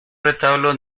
retablo